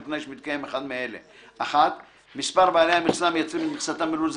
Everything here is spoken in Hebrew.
בתנאי שמתקיים אחד מאלה: מספר בעלי המכסה המייצרים את מכסתם בלול זה